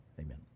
amen